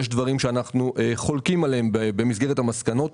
יש דברים שאנחנו חולקים עליהם במסגרת המסקנות.